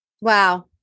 Wow